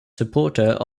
supporter